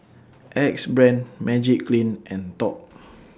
Axe Brand Magiclean and Top